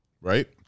Right